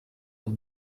will